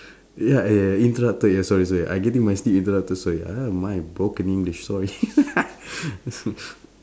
ya ya ya interrupted ya sorry sorry I getting my sleep interrupted sorry ah my broken english sorry